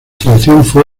investigación